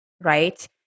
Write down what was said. right